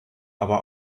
aber